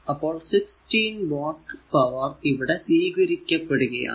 അപ്പോൾ 16 watt power ഇവിടെ സ്വീകരിക്കപ്പെടുകയാണ്